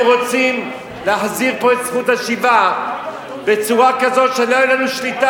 הם רוצים להחזיר פה את זכות השיבה בצורה כזאת שלא תהיה לנו שליטה,